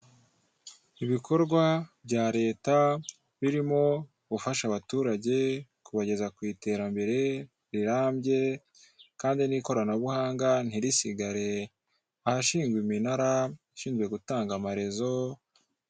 Ibikorwa bya reta birimo gufasha abaturage kubageza ku iterambere rirambye Kandi n'ikoranabuhanga ntirisigare, ahashingwa iminara ishinzwe gutanga amarezo.